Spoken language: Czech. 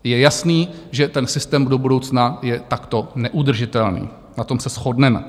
Je jasné, že ten systém do budoucna je takto neudržitelný, na tom se shodneme.